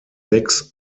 sechs